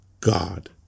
God